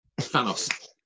Thanos